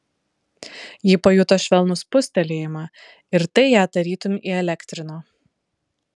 ji pajuto švelnų spustelėjimą ir tai ją tarytum įelektrino